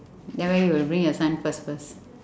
then where you will bring your son first first